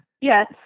Yes